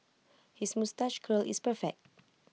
his moustache curl is perfect